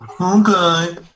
Okay